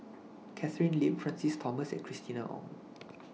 Catherine Lim Francis Thomas and Christina Ong